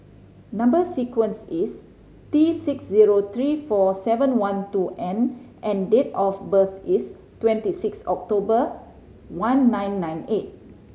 number sequence is T six zero three four seven one two N and date of birth is twenty six October one nine nine eight